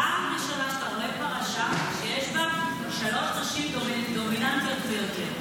פעם ראשונה שאתה רואה פרשה שיש בה שלוש נשים דומיננטיות ביותר.